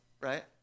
right